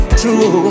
true